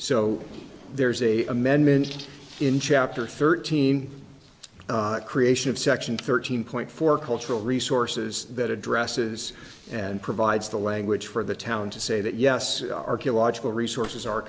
so there's a amendment in chapter thirteen creation of section thirteen point for cultural resources that addresses and provides the language for the town to say that yes archaeological resources are